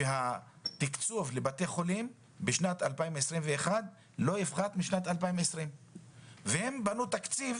שהתקצוב לבתי חולים בשנת 2021 לא יפחת משנת 2020. והם בנו תקציב